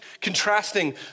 contrasting